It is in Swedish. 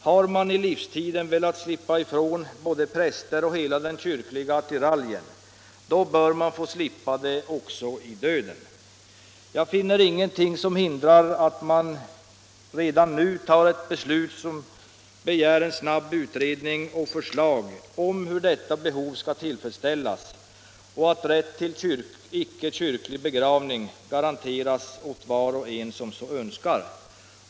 Har man i livstiden velat slippa ifrån både präster och hela den kyrkliga attiraljen, bör man få slippa det även i döden. Jag finner ingenting som hindrar att riksdagen redan nu tar ett beslut som begär en snabb utredning och förslag om hur detta behov skall tillfredsställas och att rätt till icke-kyrklig begravning garanteras var och en som så önskar.